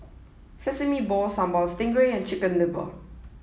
Sesame Balls Sambal Stingray and Chicken Liver